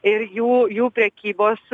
ir jų jų prekybos